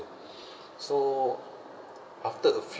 so after a few